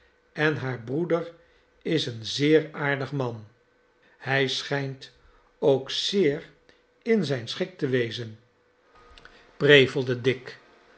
en haar broeder is een zeer aardig man hij schijnt ook zeer in zijn schik te wezen